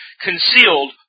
concealed